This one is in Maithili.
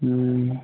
हम